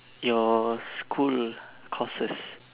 your school courses